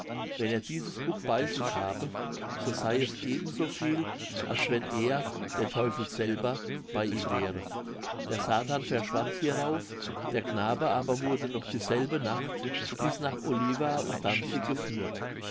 wenn er dieses buch bei sich habe so sey es eben so viel als wenn er der teufel selber bei ihm wäre der satan verschwand hierauf der knabe aber wurde noch dieselbe nacht bis nach oliva und danzig geführt